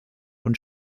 und